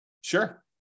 Sure